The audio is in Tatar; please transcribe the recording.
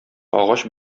агач